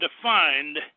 defined